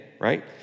right